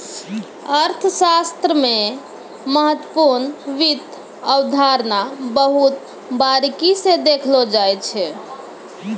अर्थशास्त्र मे महत्वपूर्ण वित्त अवधारणा बहुत बारीकी स देखलो जाय छै